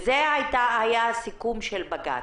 זה היה הסיכום של בג"צ.